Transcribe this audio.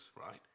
right